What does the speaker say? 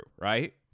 Right